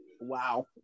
Wow